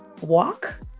walk